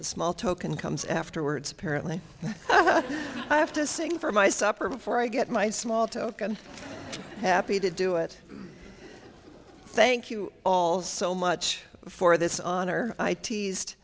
the small token comes afterwards apparently i have to sing for my supper before i get my small token happy to do it thank you all so much for this honor i teased